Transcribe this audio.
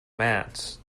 mats